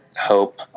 hope